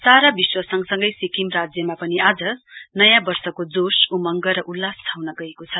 सारा विश्व संगसँगै सिक्किम राज्यमा पनि आज नयाँ वर्षको जोश उमङ्ग र उल्लास छाउन गएको छ